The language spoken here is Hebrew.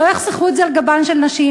שלא יחסכו את זה על גבן של נשים.